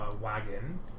wagon